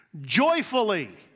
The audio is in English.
Joyfully